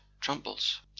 Tramples